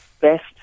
best